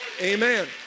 Amen